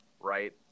Right